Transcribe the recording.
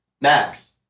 Max